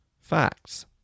facts